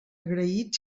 agraït